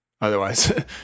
Otherwise